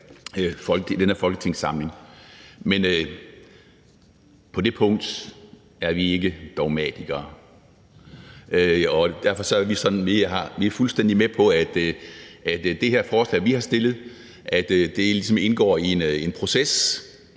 den her folketingssamling. Men på det punkt er vi ikke dogmatikere. Vi er fuldstændig med på, at det her forslag, vi har fremsat, ligesom indgår i en proces.